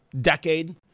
decade